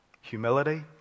Humility